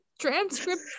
transcript